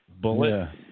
Bullet